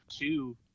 two